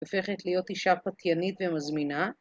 הופכת להיות אישה פתיינית ומזמינה.